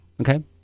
Okay